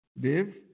Dave